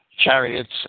Chariots